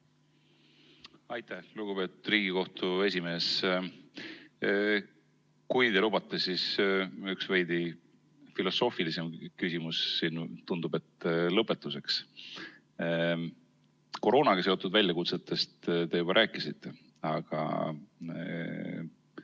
Aitäh, lugupeetud Riigikohtu esimees! Kui te lubate, siis üks veidi filosoofilisem küsimus – tundub, et lõpetuseks. Koroonaga seotud väljakutsetest te juba rääkisite, aga